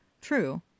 True